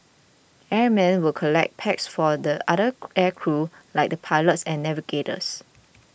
airmen would collect packs for the other air crew like the pilot and navigators